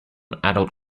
adult